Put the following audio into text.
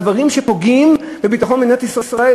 על דברים שפוגעים בביטחון מדינת ישראל,